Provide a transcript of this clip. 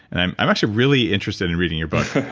and i'm i'm actually really interested in reading your book